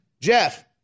Jeff